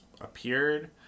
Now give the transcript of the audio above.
appeared